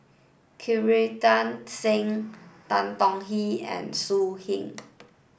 Singh Tan Tong Hye and So Heng